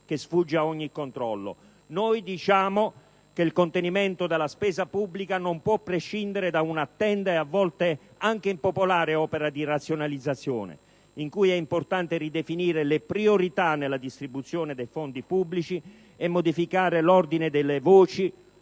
che sfugge a ogni controllo. Noi diciamo che il contenimento della spesa pubblica non può prescindere da un'attenta e a volte anche impopolare opera di razionalizzazione, in cui è importante ridefinire le priorità nella distribuzione dei fondi pubblici e modificare l'ordine delle voci,